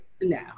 No